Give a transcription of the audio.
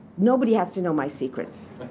nobody has to know my secrets.